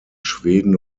schweden